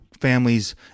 families